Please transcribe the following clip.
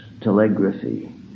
telegraphy